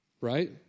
right